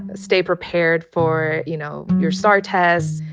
and stay prepared for, you know, your star test.